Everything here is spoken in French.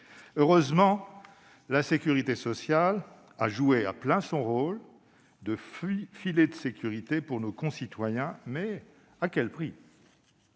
Heureusement, la sécurité sociale a joué à plein son rôle de filet de sécurité pour nos concitoyens, mais à quel prix !